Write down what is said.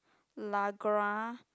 largra